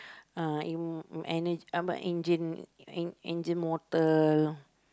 uh an~ ang~ ange~ angel mortal